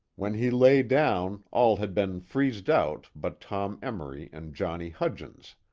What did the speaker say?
when he lay down all had been freezed out but tom emory and johnny hudgens.